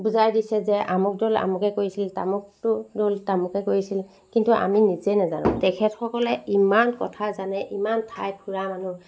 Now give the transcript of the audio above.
বুজাই দিছে যে আমুক দ'ল আমুকে কৰিছিলে তামোকটো দ'ল তামোকে কৰিছিল কিন্তু আমি নিজে নাজানো তেখেতসকলে ইমান কথা জানে ইমান ঠাই ফুৰা মানুহ